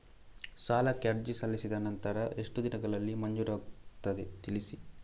ಸಾಲಕ್ಕೆ ಅರ್ಜಿ ಸಲ್ಲಿಸಿದ ನಂತರ ಎಷ್ಟು ದಿನಗಳಲ್ಲಿ ಮಂಜೂರಾಗುತ್ತದೆ ತಿಳಿಸಿ?